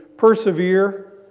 persevere